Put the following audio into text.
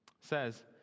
Says